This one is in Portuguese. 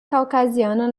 caucasiano